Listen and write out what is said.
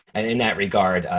and in that regard,